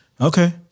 Okay